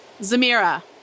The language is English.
Zamira